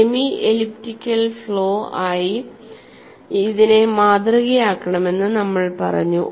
semi elliptical flow ആയി ഇതിനെ മാതൃകയാക്കാമെന്ന് നമ്മൾ പറഞ്ഞു